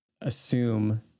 assume